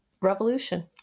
revolution